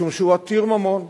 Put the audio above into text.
משום שהוא עתיר ממון,